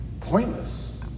Pointless